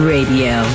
Radio